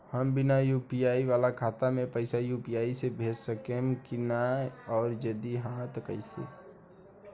हम बिना यू.पी.आई वाला खाता मे पैसा यू.पी.आई से भेज सकेम की ना और जदि हाँ त कईसे?